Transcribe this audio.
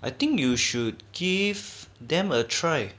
I think you should give them a try